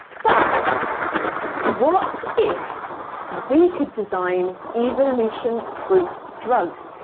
but what if we could design evolution-proof drugs?